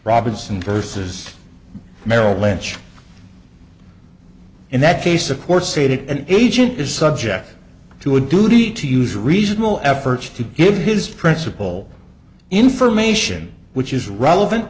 robinson versus merrill lynch in that case of course stated an agent is subject to a duty to use reasonable efforts to give his principal information which is relevant